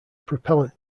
propellant